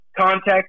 contact